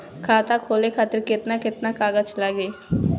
खाता खोले खातिर केतना केतना कागज लागी?